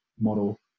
model